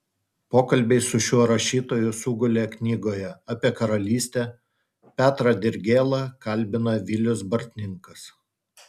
pokalbiai su šiuo rašytoju sugulė knygoje apie karalystę petrą dirgėlą kalbina vilius bartninkas